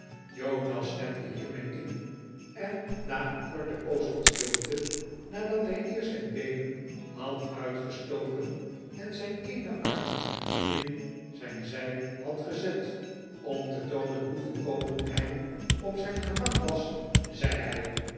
jonas stemde hiermee in en na een korte poos van stilte nadat hij eerst zijn beenen had uitgestoken en zijn eenen arm in zijn zij had gezet om te toonen hoe volkomen hij op zijn gemak was zei hij